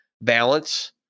balance